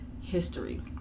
history